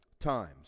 times